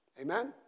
Amen